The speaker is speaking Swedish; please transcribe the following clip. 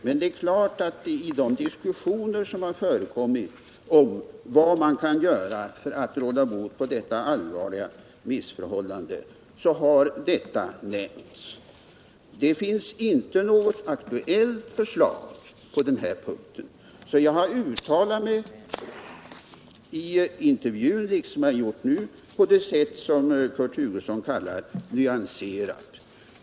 Men det är klart att detta har nämnts i de diskussioner som har förekommit om vad man kan göra för att råda bot på dessa allvarliga missförhållanden. Det finns inte något aktuellt förslag på denna punkt. Jag har uttalat mig i intervjun, liksom jag gjort nu, på det sätt som Kurt Hugosson kallar nyanserat.